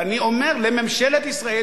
ואני אומר לממשלת ישראל,